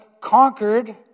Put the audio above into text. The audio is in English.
conquered